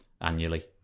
annually